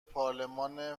پارلمان